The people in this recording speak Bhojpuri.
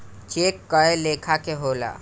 चेक कए लेखा के होला